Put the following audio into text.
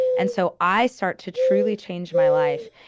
and so i start to truly change my life.